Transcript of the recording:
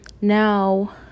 now